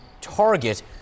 target